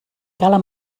cala